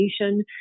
education